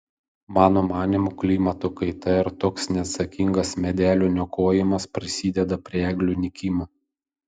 mano manymu klimato kaita ir toks neatsakingas medelių niokojimas prisideda prie eglių nykimo